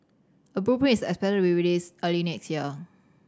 a blueprint is expected to be released early next year